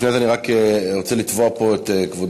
לפני זה אני רק רוצה לתבוע פה את כבוד